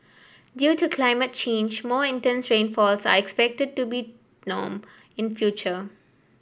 due to climate change more intense rainfalls are expected to be norm in future